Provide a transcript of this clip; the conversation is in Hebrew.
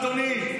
אדוני,